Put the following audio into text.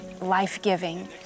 life-giving